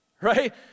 right